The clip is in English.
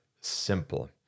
simple